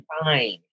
fine